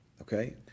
okay